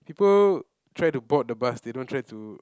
people try to board the bus they don't try to